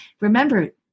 remember